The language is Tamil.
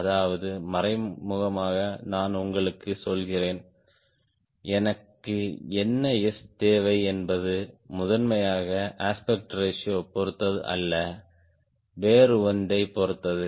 அதாவது மறைமுகமாக நான் உங்களுக்குச் சொல்கிறேன் எனக்கு என்ன S தேவை என்பது முதன்மையாக அஸ்பெக்ட் ரேஷியோ பொறுத்தது அல்ல வேறு ஒன்றைப் பொறுத்தது